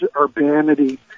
urbanity